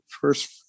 first